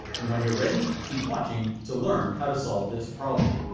and when you're ready, keep watching to learn how to solve this problem.